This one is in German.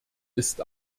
ist